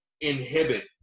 inhibit